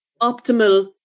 optimal